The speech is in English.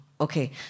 Okay